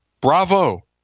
bravo